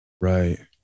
right